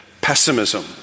pessimism